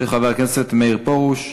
של חבר הכנסת מאיר פרוש.